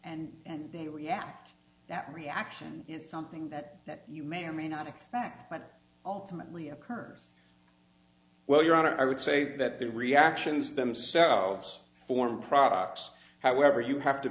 and they react that reaction is something that you may or may not expect but ultimately a current well your honor i would say that the reactions themselves form products however you have to